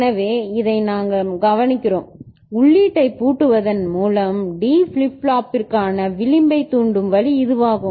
எனவே இதை நாங்கள் கவனிக்கிறோம் உள்ளீட்டைப் பூட்டுவதன் மூலம் D ஃபிளிப் ஃப்ளாப்பிற்கான விளிம்பைத் தூண்டும் வழி இதுவாகும்